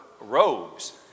robes